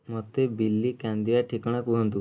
ମୋତେ ବିଲି କାନ୍ଦିବା ଠିକଣା କୁହନ୍ତୁ